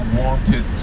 wanted